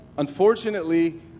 Unfortunately